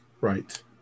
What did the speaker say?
Right